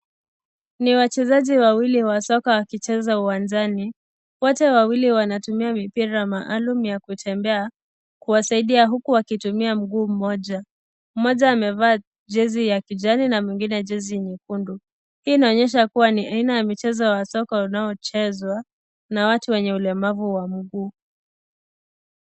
Ni wachezaji wawili wa soka wakicheza uwanjani. Wote wawili wanatumia mipira maalum ya kutembea, kuwasaindia huku wakitumia mguu mmoja. Mmoja amevaa jezi ya kijani na mwingine jezi nyekundu. Hii inaonyesha kuwa ni aina ya michezo wa soka unaochezwa na watu wenye ulemavu wa mguu.